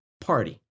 party